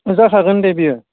जाखागोन दे बियो